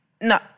No